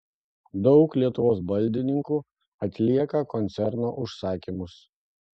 daug lietuvos baldininkų atlieka koncerno užsakymus